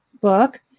book